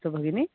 अस्तु भगिनि